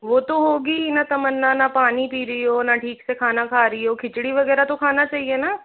वो तो होगी ही न तमन्ना ना पानी पी रही हो ना ठीक से खाना खा रही हो खिचड़ी वगैरह तो खाना चाहिए न